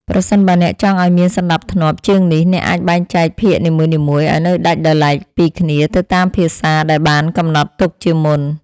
ប្រសិនបើអ្នកចង់ឱ្យមានសណ្តាប់ធ្នាប់ជាងនេះអ្នកអាចបែងចែកភាគនីមួយៗឱ្យនៅដាច់ដោយឡែកពីគ្នាទៅតាមភាសាដែលបានកំណត់ទុកជាមុន។